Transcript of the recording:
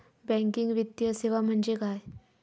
Banking वित्तीय सेवा म्हणजे काय?